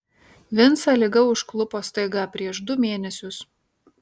vincą liga užklupo staiga prieš du mėnesius